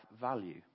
value